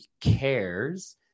cares